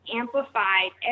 amplified